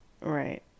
Right